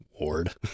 Ward